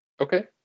Okay